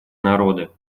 народы